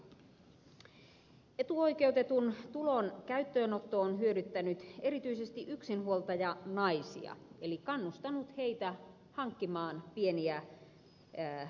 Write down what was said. etuoikeutetun tulon käyttöönotto on hyödyttänyt erityisesti yksinhuoltajanaisia eli kannustanut heitä hankkimaan pieniä ansiotuloja